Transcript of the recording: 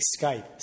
Skype